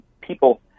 people